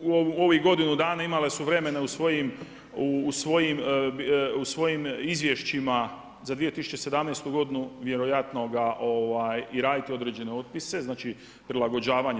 u ovih godinu dana imale su vremena u svojim izvješćima za 2017. godinu vjerojatno raditi određene otpise, znači prilagođavanja.